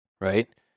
right